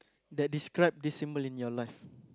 that describe this symbol in your life